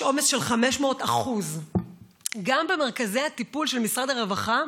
יש עומס של 500%. גם במרכזי הטיפול של משרד הרווחה,